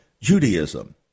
Judaism